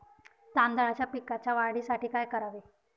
तांदळाच्या पिकाच्या वाढीसाठी काय करावे?